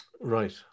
Right